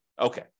Okay